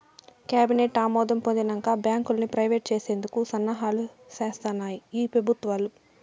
cabinet ఆమోదం పొందినంక బాంకుల్ని ప్రైవేట్ చేసేందుకు సన్నాహాలు సేస్తాన్నాయి ఈ పెబుత్వాలు